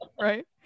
right